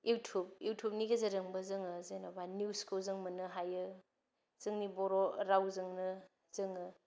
YouTube इउथुबनि गेजेरजोंबो जोङो जेनोबा निउसखौ मोननो हायो जोंनि बर' रावजोंनो जोङो